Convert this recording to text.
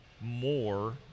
more